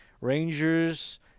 Rangers